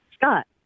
Scott